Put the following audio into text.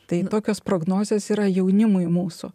tai tokios prognozės yra jaunimui mūsų